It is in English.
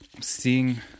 seeing